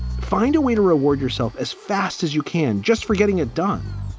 find a way to reward yourself as fast as you can. just for getting it done,